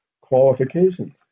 qualifications